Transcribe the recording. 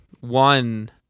One